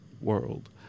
world